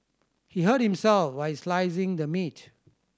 he hurt himself while slicing the meat